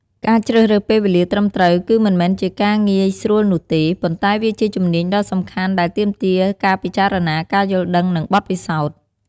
ការជ្រើសរើសពេលវេលាត្រឹមត្រូវ គឺមិនមែនជាការងាយស្រួលនោះទេ ប៉ុន្តែវាជាជំនាញដ៏សំខាន់ដែលទាមទារការពិចារណា ការយល់ដឹង និងបទពិសោធន៍។